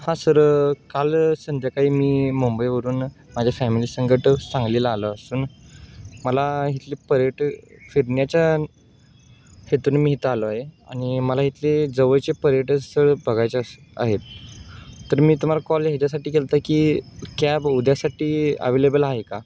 हां सर काल संध्याकाळी मी मुंबईवरून माझ्या फॅमिली संगट सांगलीला आलो असून मला इथले पर्यट फिरण्याच्या हेतून मी इथं आलो आहे आणि मला इथले जवळचे पर्यटनस्थळ बघायचे अस आहेत तर मी तुम्हाला कॉल ह्याच्यासाठी केला होता की कॅब उद्यासाठी अवेलेबल आहे का